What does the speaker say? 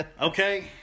Okay